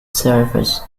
surfers